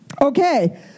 Okay